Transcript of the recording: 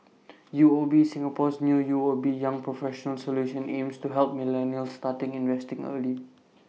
UOB Singapore's new UOB young professionals solution aims to help millennials start investing early